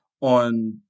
on